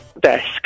desk